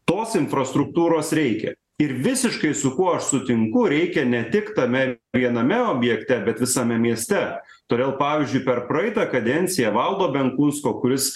tos infrastruktūros reikia ir visiškai su kuo aš sutinku reikia ne tik tame viename objekte bet visame mieste todėl pavyzdžiui per praeitą kadenciją valdo benkunsko kuris